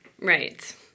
Right